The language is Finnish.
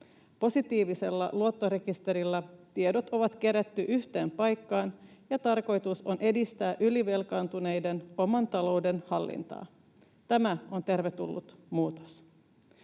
Positiivisella luottorekisterillä tiedot on kerätty yhteen paikkaan, ja tarkoitus on edistää ylivelkaantuneiden oman talouden hallintaa. Tämä on tervetullut muutos.